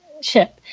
ship